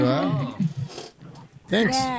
Thanks